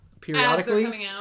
periodically